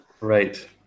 Right